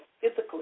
physically